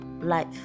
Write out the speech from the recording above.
life